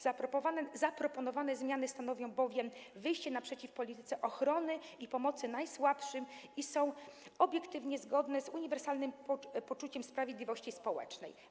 Zaproponowane zmiany stanowią bowiem wyjście naprzeciw polityce ochrony i pomocy najsłabszym i są obiektywnie zgodne z uniwersalnym poczuciem sprawiedliwości społecznej.